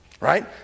Right